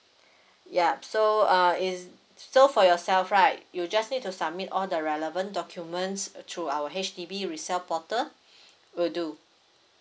ya so uh is so for yourself right you just need to submit all the relevant documents uh through our H_D_B resell portal will do